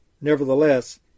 Nevertheless